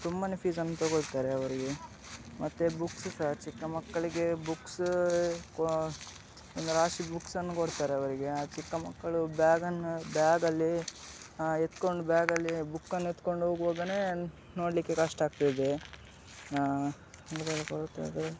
ತುಂಬನೇ ಫೀಸನ್ನು ತೊಗೊಳ್ತಾರೆ ಅವರಿಗೆ ಮತ್ತೆ ಬುಕ್ಸ್ ಸಹ ಚಿಕ್ಕ ಮಕ್ಕಳಿಗೆ ಬುಕ್ಸ ಕೊ ಒಂದು ರಾಶಿ ಬುಕ್ಸನ್ನು ಕೊಡ್ತಾರೆ ಅವರಿಗೆ ಆ ಚಿಕ್ಕ ಮಕ್ಕಳು ಬ್ಯಾಗನ್ನು ಬ್ಯಾಗಲ್ಲಿ ಎತ್ಕೊಂಡು ಬ್ಯಾಗಲ್ಲಿ ಬುಕ್ಕನ್ನ ಎತ್ಕೊಂಡು ಹೋಗುವಾಗಲೇ ನೋಡಲಿಕ್ಕೆ ಕಷ್ಟ ಆಗ್ತದೆ ಇದು